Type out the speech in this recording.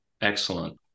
Excellent